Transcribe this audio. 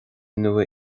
nua